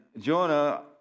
Jonah